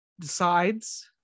decides